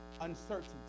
uncertainty